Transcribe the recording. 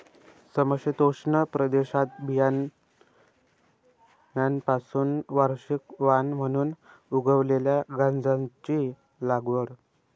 समशीतोष्ण प्रदेशात बियाण्यांपासून वार्षिक वाण म्हणून उगवलेल्या गांजाची लागवड